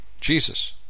Jesus